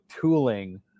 tooling